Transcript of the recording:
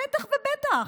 בטח ובטח.